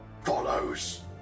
follows